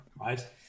right